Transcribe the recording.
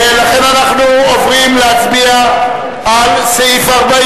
לכן אנחנו עוברים להצביע על סעיף 40